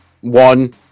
one